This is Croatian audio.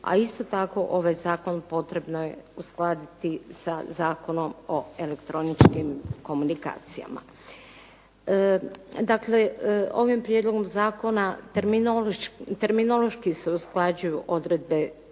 a isto tako ovaj zakon potrebno je uskladiti sa Zakonom o elektroničkim komunikacijama. Dakle, ovim prijedlogom zakona terminološki se usklađuju odredbe